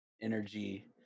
energy